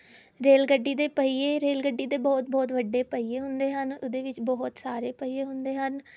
rail ਗੱਡੀ ਦੇ ਪਹੀਏ ਰੇਲ ਗੱਡੀ ਦੇ ਬਹੁਤ ਬਹੁਤ ਵੱਡੇ ਪਹੀਏ ਹੁੰਦੇ ਹਨ ਉਹਦੇ ਵਿੱਚ ਬਹੁਤ ਸਾਰੇ ਪਹੀਏ ਹੁੰਦੇ ਹਨ